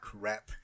crap